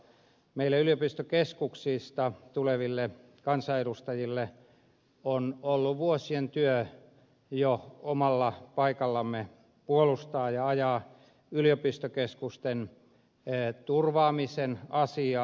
meille yliopistokeskuksista tuleville kansanedustajille on ollut vuosien työ jo omalla paikallamme puolustaa ja ajaa yliopistokeskusten turvaamisen asiaa